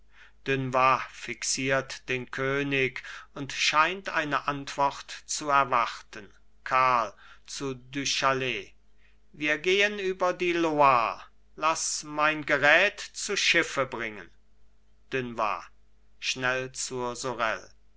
dunois fixiert den könig und scheint eine antwort zu erwarten karl zu du chatel wir gehen über die loire laß mein gerät zu schiffe bringen dunois schnell zur sorel